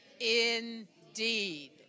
indeed